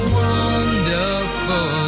wonderful